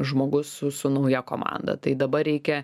žmogus su su nauja komanda tai dabar reikia